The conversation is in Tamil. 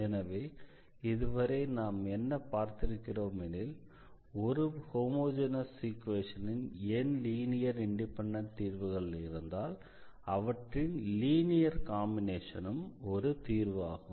எனவே இதுவரை நாம் என்ன பார்த்திருக்கிறோம் எனில் ஒரு ஹோமொஜெனஸ் ஈக்வேஷனின் n லீனியர் இண்டிபெண்டன்ட் தீர்வுகள் இருந்தால் அவற்றின் லீனியர் காம்பினேஷனும் ஒரு தீர்வு ஆகும்